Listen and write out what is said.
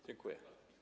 Dziękuję.